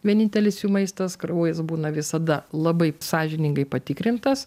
vienintelis jų maistas kraujas būna visada labai sąžiningai patikrintas